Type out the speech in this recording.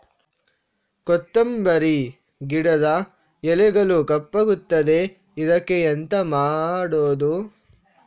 ಕೊತ್ತಂಬರಿ ಗಿಡದ ಎಲೆಗಳು ಕಪ್ಪಗುತ್ತದೆ, ಇದಕ್ಕೆ ಎಂತ ಮಾಡೋದು?